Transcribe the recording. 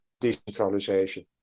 decentralization